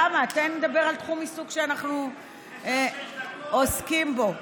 למה, תן לדבר על תחום עיסוק שאנחנו עוסקים בו.